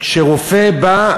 כשרופא בא,